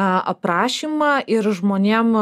aprašymą ir žmonėm